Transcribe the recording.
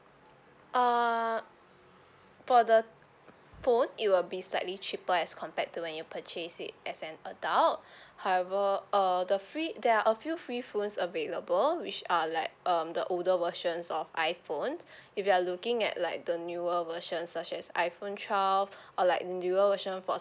uh for the phone it will be slightly cheaper as compared to when you purchase it as an adult however uh the free there are a few free phones available which are like um the older versions of iphone if you are looking at like the newer version such as iphone twelve or like newer version for